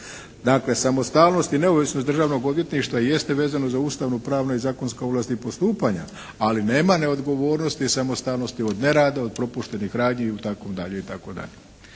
Dakle, samostalnost i neovisnost Državnog odvjetništva jeste vezano za ustavno-pravne i zakonske ovlasti postupanja ali nema neodgovornosti i samostalnosti od nerada, od propuštenih radnji itd.